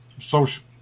social